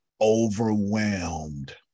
overwhelmed